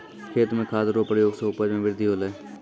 खेत मे खाद रो प्रयोग से उपज मे बृद्धि होलै